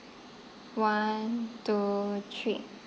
one two three